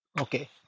okay